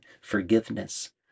forgiveness